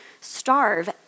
starve